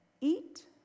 eat